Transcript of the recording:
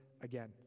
again